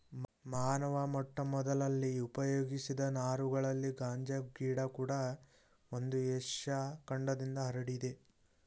ಮಾನವ ಮೊಟ್ಟಮೊದಲಲ್ಲಿ ಉಪಯೋಗಿಸಿದ ನಾರುಗಳಲ್ಲಿ ಗಾಂಜಾ ಗಿಡ ಕೂಡ ಒಂದು ಏಷ್ಯ ಖಂಡದಿಂದ ಹರಡಿದೆ